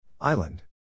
Island